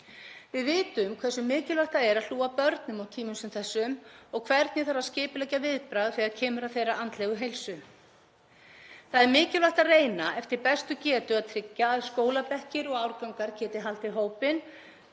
Við vitum hversu mikilvægt það er að hlúa að börnum á tímum sem þessum og hvernig þarf að skipuleggja viðbragð þegar kemur að þeirra andlegu heilsu. Það er mikilvægt að reyna eftir bestu getu að tryggja að skólabekkir og árgangar geti haldið hópinn.